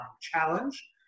challenge